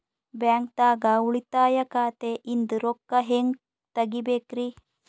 ಬ್ಯಾಂಕ್ದಾಗ ಉಳಿತಾಯ ಖಾತೆ ಇಂದ್ ರೊಕ್ಕ ಹೆಂಗ್ ತಗಿಬೇಕ್ರಿ?